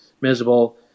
miserable